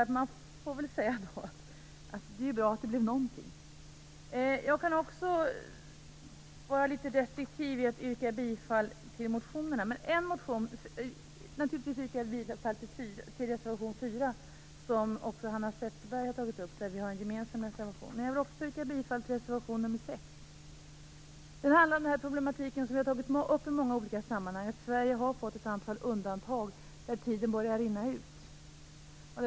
Därför får man säga att det är bra att det händer någonting. Jag skall vara litet restriktiv i fråga om att yrka bifall till reservationerna. Jag yrkar naturligtvis bifall till reservation 4, vilken även Hanna Zetterberg har tagit upp och som är gemensam för Miljöpartiet och Vänsterpartiet. Jag vill också yrka bifall till reservation 6. Den handlar om den problematik som vi har tagit upp i många olika sammanhang, nämligen att Sverige har fått ett antal undantag, där tiden börjar rinna ut.